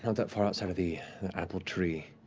kind of that far outside of the apple tree